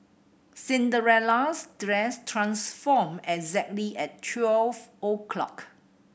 Cinderella's dress transformed exactly at twelve o'clock